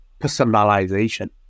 personalization